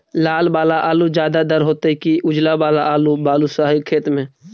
लाल वाला आलू ज्यादा दर होतै कि उजला वाला आलू बालुसाही खेत में?